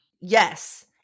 Yes